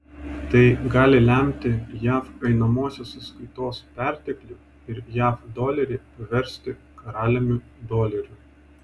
tai gali lemti jav einamosios sąskaitos perteklių ir jav dolerį paversti karaliumi doleriu